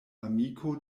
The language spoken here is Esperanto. amiko